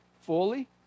fully